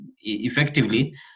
effectively